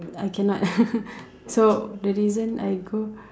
I cannot so the reason I go